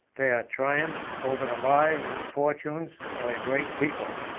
their triumph over the lives and fortunes of a great people.